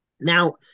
Now